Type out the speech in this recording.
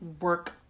work